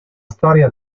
storia